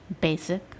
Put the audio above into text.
Basic